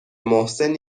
محسن